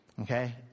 Okay